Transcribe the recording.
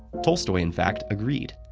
tolstoy, in fact, agreed.